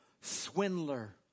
swindler